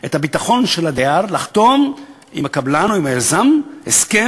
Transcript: הביטחון של הדייר כשהוא בא לחתום עם הקבלן או עם היזם הסכם